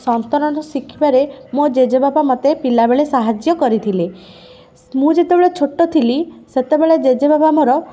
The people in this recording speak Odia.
ସନ୍ତରଣ ଶିଖିବାରେ ମୋ ଜେଜେବାପା ମୋତେ ପିଲାବେଳେ ସାହାଯ୍ୟ କରିଥିଲେ ମୁଁ ଯେତେବେଳେ ଛୋଟ ଥିଲି ସେତେବେଳେ ଜେଜେବାପା ମୋର